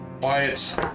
Wyatt